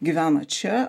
gyvena čia